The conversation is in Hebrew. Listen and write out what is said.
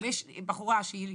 אבל יש בחורה שהיא,